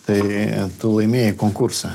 tai tu laimėjai konkursą